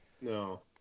No